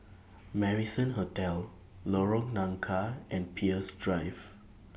Marrison Hotel Lorong Nangka and Peirce Drive